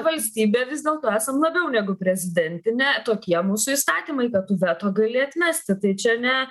valstybė vis dėlto esam labiau negu prezidentinė tokie mūsų įstatymai kad tu veto gali atmesti tai čia ne